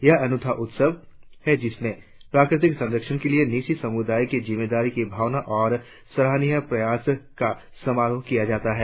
यह अनूठा उत्सव है जिसमें प्रकृति संरक्षण के लिए न्यीशी समुदाय की जिम्मेदारी की भावना और सराहनीय प्रयास का समारोह किया जाता है